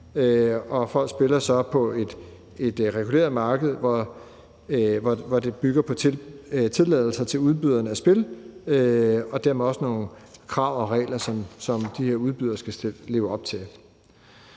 og folk spiller så på et reguleret marked, hvor det bygger på tilladelser til udbyderne af spil, og dermed er der også nogle krav og regler, som de her udbydere skal leve op til.